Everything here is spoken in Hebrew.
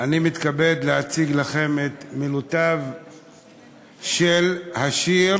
אני מתכבד להציג לכם את מילותיו של השיר